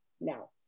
now